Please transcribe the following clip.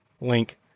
link